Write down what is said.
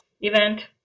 event